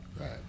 Right